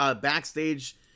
backstage